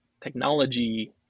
technology